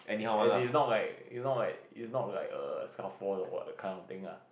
as it's not like it's not like it's not like err what that kind of thing lah